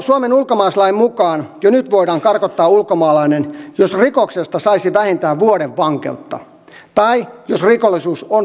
suomen ulkomaalaislain mukaan jo nyt voidaan karkottaa ulkomaalainen jos rikoksesta saisi vähintään vuoden vankeutta tai jos rikollisuus on toistuvaa